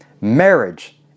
Marriage